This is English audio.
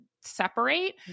separate